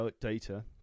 data